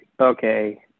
okay